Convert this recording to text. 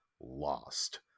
lost